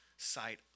sight